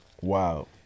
wow